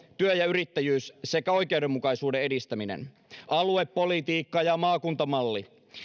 työ ja yrittäjyys sekä oikeudenmukaisuuden edistäminen aluepolitiikka ja maakuntamalli